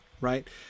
right